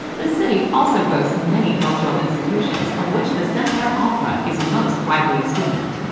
the city also boasts many cultural institutions of which the semper opera is most widely esteemed.